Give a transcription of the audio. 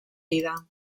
vida